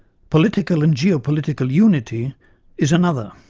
political and geopolitical unity is another.